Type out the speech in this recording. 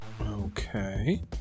Okay